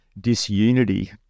disunity